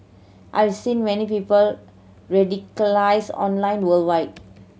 I've seen many people radicalised online worldwide